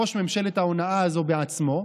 ראש ממשלת ההונאה הזאת בעצמו,